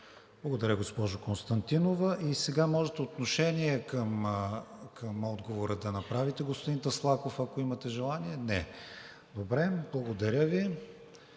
Благодаря, госпожо Константинова. Сега можете отношение към отговора да направите, господин Таслаков, ако имате желание. Не, добре. С това